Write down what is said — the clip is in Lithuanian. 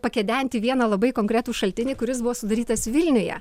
pakedenti vieną labai konkretų šaltinį kuris buvo sudarytas vilniuje